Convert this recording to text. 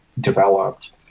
developed